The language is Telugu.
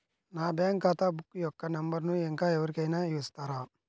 నా బ్యాంక్ ఖాతా బుక్ యొక్క నంబరును ఇంకా ఎవరి కైనా ఇస్తారా?